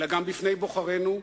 אלא גם בפני בוחרינו,